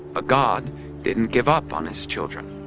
ah god didn't give up on his children.